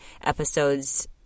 episodes